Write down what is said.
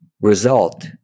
result